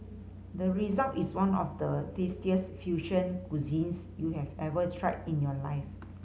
the result is one of the tastiest fusion cuisines you have ever tried in your life